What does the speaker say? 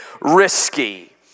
risky